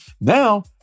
Now